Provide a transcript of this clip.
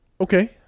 Okay